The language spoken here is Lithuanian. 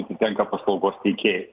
atitenka paslaugos teikėjai